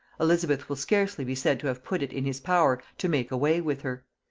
elizabeth will scarcely be said to have put it in his power to make away with her.